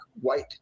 white